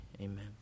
Amen